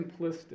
simplistic